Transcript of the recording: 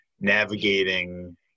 navigating